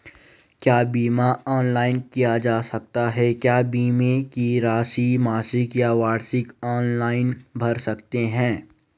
क्या बीमा ऑनलाइन किया जा सकता है क्या बीमे की राशि मासिक या वार्षिक ऑनलाइन भर सकते हैं?